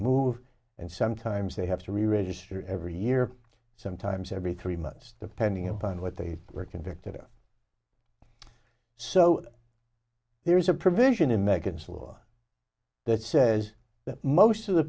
move and sometimes they have to reregister every year sometimes every three months depending upon what they were convicted of so there's a provision in meg insula that says that most of the